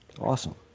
Awesome